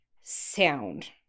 sound